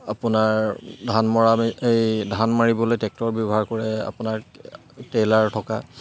আপোনাৰ ধান মৰা এই ধান মাৰিবলে ট্ৰেক্টৰ ব্যৱহাৰ কৰে আপোনাৰ টেলাৰ থকা